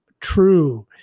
true